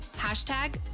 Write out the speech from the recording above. Hashtag